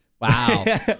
Wow